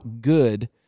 good